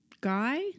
guy